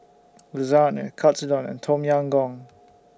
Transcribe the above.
Lasagne Katsudon and Tom Yam Goong